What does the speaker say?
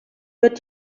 wird